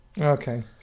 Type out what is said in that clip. Okay